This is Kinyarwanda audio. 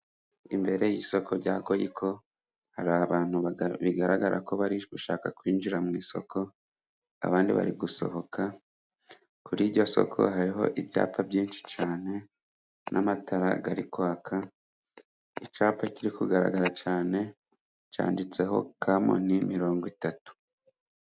Imbere y'isoko rya Goyiko hari abantu bigaragara ko bari gushaka kwinjira mu isoko abandi bari gusohoka kuri iryo soko, hariho ibyapa byinshi cyane n'amatara arikwaka, icyapa kiri kugaragara cyane cyanditseho Kamoni mirongo itatu.